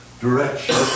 direction